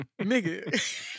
Nigga